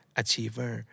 achiever